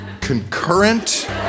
concurrent